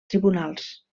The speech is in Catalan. tribunals